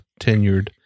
tenured